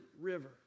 River